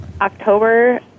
October